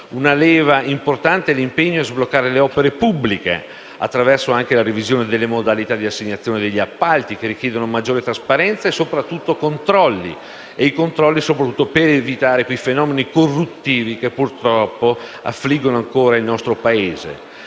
Una leva importante è l'impegno a sbloccare le opere pubbliche, anche attraverso la revisione delle modalità di assegnazione degli appalti, che richiedono maggiore trasparenza e soprattutto controlli, per evitare i fenomeni corruttivi che purtroppo affliggono ancora il nostro Paese.